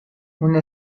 una